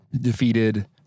defeated